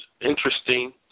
Interesting